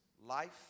life